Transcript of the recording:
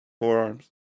forearms